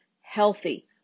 healthy